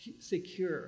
secure